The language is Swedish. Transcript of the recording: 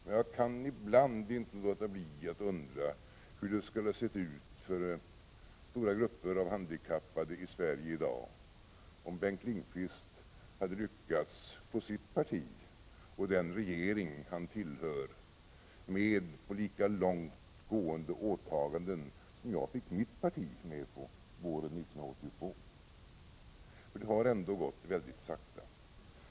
Men jag kan ibland inte låta bli att undra hur det skulle ha sett ut för stora grupper av handikappade i Sverige i dag om Bengt Lindqvist hade lyckats få sitt parti och den regering han tillhör med på lika långtgående åtaganden som jag fick mitt parti med på våren 1982. Det har ändå gått mycket långsamt.